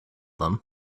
them